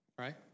right